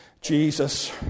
Jesus